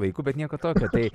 laiku bet nieko tokio tai